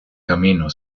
camino